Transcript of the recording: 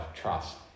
trust